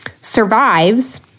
survives